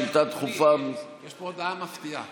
שאילתה דחופה מס' 45. יש פה הודעה מפתיעה.